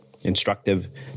instructive